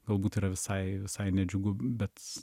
galbūt yra visai visai nedžiugu bet